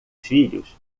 filhos